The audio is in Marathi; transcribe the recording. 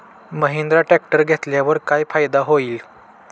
महिंद्रा ट्रॅक्टर घेतल्यावर काय फायदा होईल?